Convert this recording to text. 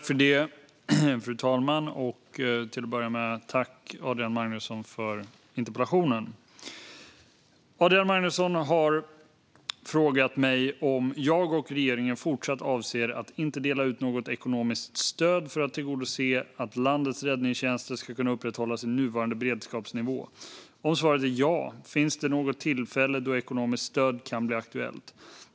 Fru talman! Tack, Adrian Magnusson, för interpellationen! Adrian Magnusson har frågat mig om jag och regeringen fortsatt avser att inte dela ut något ekonomiskt stöd för att tillgodose att landets räddningstjänster ska kunna upprätthålla sin nuvarande beredskapsnivå och, om svaret är ja, om det finns något tillfälle då ekonomiskt stöd kan bli aktuellt.